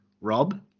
Rob